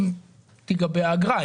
אם תיגבה האגרה,